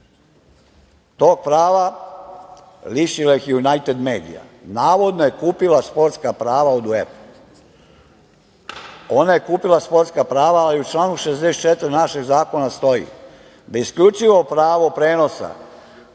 Tog prava lišila ih je „Junajted medija“. Navodno je kupila sportska prava od UEFA-e. Ona je kupila sportska prava, a i članom 64. našeg zakona stoji da isključivo pravo prenosa